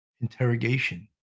interrogation